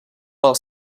pel